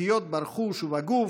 בפגיעות ברכוש ובגוף,